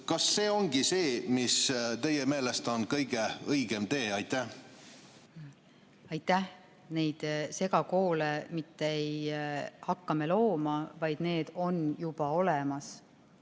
Kas see ongi see, mis teie meelest on kõige õigem tee? Aitäh! Neid segakoole ei hakka me mitte looma, vaid need on juba olemas.